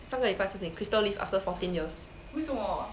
上个礼拜的事情 crystal leave after fourteen years